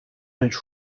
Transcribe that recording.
its